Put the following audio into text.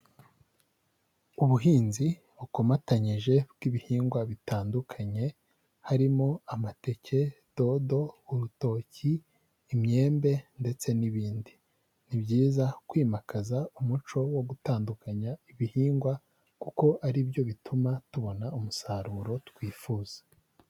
Ubuhinzi bukomatanyije bw'ibihingwa bitandukanye, harimo amateke, dodo, urutoki, imyembe, ndetse n'ibindi, ni byiza kwimakaza umuco wo gutandukanya ibihingwa kuko ari byo bituma tubona umusaruro twifuza.